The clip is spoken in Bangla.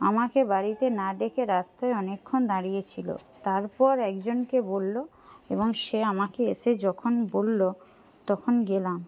আমাকে বাড়িতে না দেখে রাস্তায় অনেকক্ষণ দাঁড়িয়ে ছিলো তারপর একজনকে বললো এবং সে আমাকে এসে যখন বললো তখন গেলাম